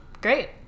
Great